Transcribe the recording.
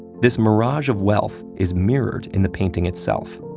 this mirage of wealth is mirrored in the painting itself.